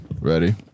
Ready